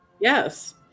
Yes